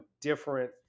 different